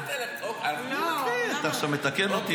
אתה עכשיו מתקן אותי?